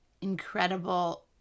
incredible